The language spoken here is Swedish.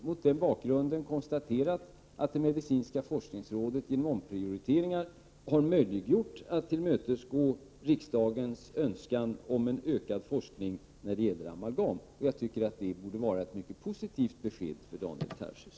Mot den bakgrunden har jag konstaterat att medicinska forskningsrådet genom omprioriteringar har möjliggjort ett tillmötesgående av riksdagens önskan om ökad forskning när det gäller amalgam. Jag tycker att det borde vara ett mycket positivt besked för Daniel Tarschys.